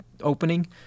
opening